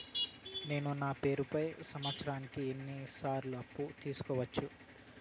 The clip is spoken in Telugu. నేను నా పేరుపై సంవత్సరానికి ఎన్ని సార్లు అప్పు తీసుకోవచ్చు?